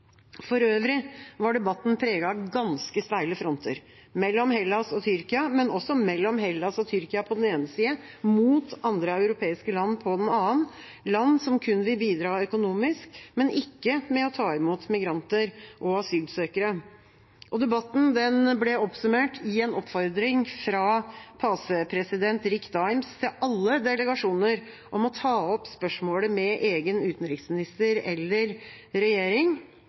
For øvrig var debatten preget av ganske steile fronter – mellom Hellas og Tyrkia, men også mellom Hellas og Tyrkia på den ene sida mot andre europeiske land på den andre sida, land som kun vil bidra økonomisk, men ikke ved å ta imot migranter og asylsøkere. Debatten ble oppsummert i en oppfordring fra PACE-president Rick Daems til alle delegasjoner om å ta opp spørsmålet med egen utenriksminister eller regjering